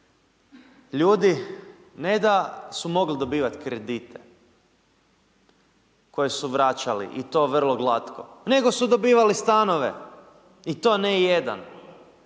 ljudi ne da su mogli dobivati kredite koje su vraćali i to vrlo glatko, nego su dobivali stanove, i to ne jedan,